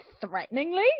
threateningly